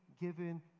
given